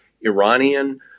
Iranian